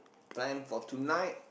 time for tonight